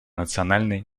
национальной